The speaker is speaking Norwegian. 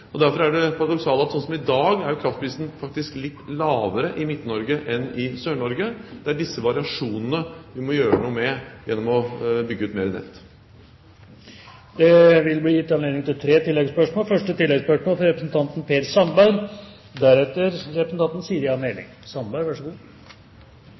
og derfor er det paradoksale at i dag er kraftprisen faktisk litt lavere i Midt-Norge enn i Sør-Norge. Det er disse variasjonene vi må gjøre noe med gjennom å bygge ut mer nett. Det blir gitt anledning til tre oppfølgingsspørsmål – først Per Sandberg.